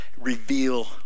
reveal